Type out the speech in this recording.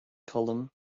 column